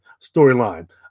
storyline